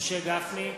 משה גפני,